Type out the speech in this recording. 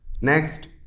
next